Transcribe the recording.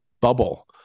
bubble